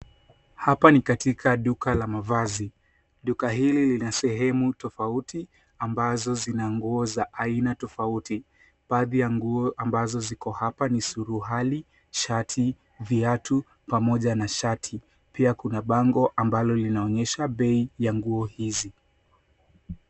Hapa ni katika duka la mavazi. Duka hili lina sehemu tofauti, ambazo zina nguo za aina tofauti. Baadhi ya nguo ambazo ziko hapa ni suruali, shati, viatu, pamoja na shati. Pia kuna bango, ambalo linaonyesha bei ya nguo hizi.